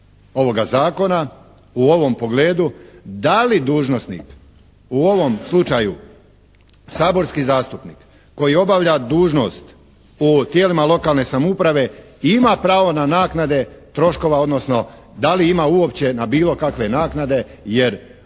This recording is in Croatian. u ovom pogledu da li dužnosnik u ovom slučaju saborski zastupnik koji obavlja dužnost u tijelima lokalne samouprave ima pravo na naknade troškova odnosno da li ima uopće na bilo kakve naknade jer u